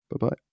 Bye-bye